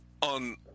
On